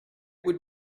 would